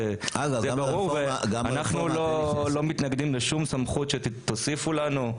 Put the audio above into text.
זה ברור ואנחנו לא מתנגדים לשום סמכות שתוסיפו לנו.